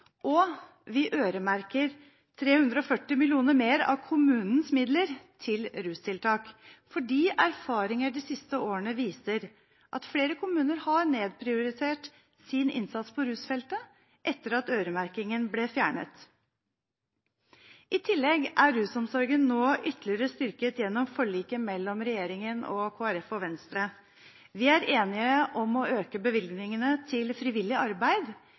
og vi øremerker 340 mill. kr mer av kommunenes midler til rustiltak, fordi erfaringer de siste årene viser at flere kommuner har nedprioritert sin innsats på rusfeltet etter at øremerkingen ble fjernet. I tillegg er rusomsorgen nå ytterligere styrket gjennom forliket mellom regjeringen og Kristelig Folkeparti og Venstre. Vi er enige om å øke bevilgningen til frivillig arbeid